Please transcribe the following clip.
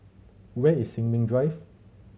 where is Sin Ming Drive